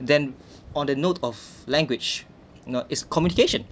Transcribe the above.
then on the note of language you know is communication